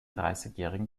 dreißigjährigen